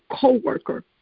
co-worker